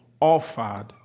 offered